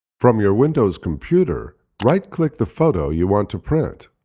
from your windows computer, right-click the photo you want to print.